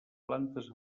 plantes